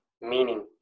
meaning